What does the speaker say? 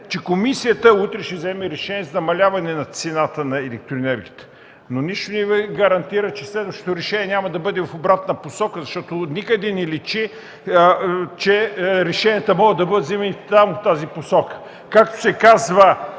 че комисията утре ще вземе решение за намаляване цената на електроенергията, но нищо не гарантира, че следващото решение няма да бъде в обратна посока. Никъде не личи, че решенията могат да бъдат вземани само в тази посока. Както се казва,